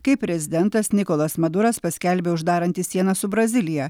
kai prezidentas nikolas maduras paskelbė uždarantis sieną su brazilija